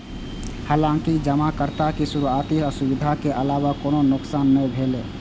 हालांकि जमाकर्ता के शुरुआती असुविधा के अलावा कोनो नुकसान नै भेलै